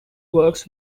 works